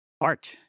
Art